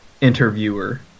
interviewer